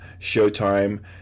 Showtime